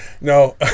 no